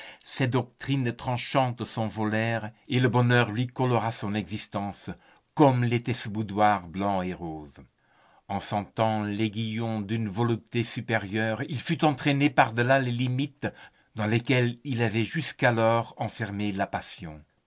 ses doctrines tranchantes s'envolèrent et le bonheur lui colora son existence comme l'était ce boudoir blanc et rose en sentant l'aiguillon d'une volupté supérieure il fut entraîné par delà les limites dans lesquelles il avait jusqu'alors enfermé la passion